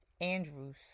Andrews